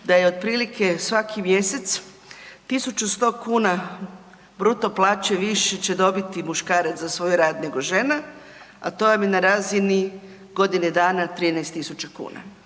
da je otprilike svaki mjesec 1.100 kuna bruto plaće više će dobiti muškarac za svoj rad nego žena, a to vam je na razini godine dana 13.000 kuna.